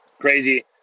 crazy